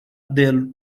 del